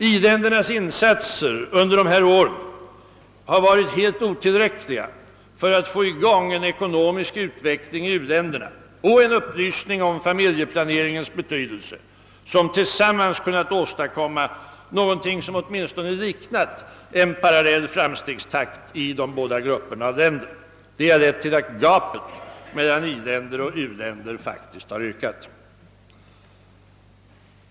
I-ländernas insatser under dessa år har varit helt otillräckliga för att få i gång en ekonomisk utveckling i u-länderna och en upplysning om familjeplaneringens betydelse, som tillsammans kunnat åstadkomma någonting som åtminstone liknat en parallell framstegstakt i de båda grupperna av länder. Det har lett till att gapet mellan i-länder och u-länder faktiskt har ökat.